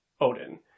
Odin